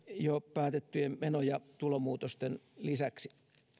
jo päätettyjen meno ja tulomuutosten lisäksi